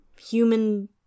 human